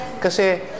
kasi